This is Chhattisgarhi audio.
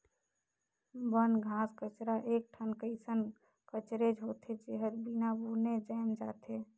बन, घास कचरा एक ठन कइसन कचरेच होथे, जेहर बिना बुने जायम जाथे